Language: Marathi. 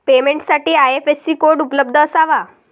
पेमेंटसाठी आई.एफ.एस.सी कोड उपलब्ध असावा